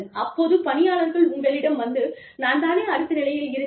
அப்போது பணியாளர்கள் உங்களிடம் வந்து நான் தானே அடுத்த நிலையில் இருந்தேன்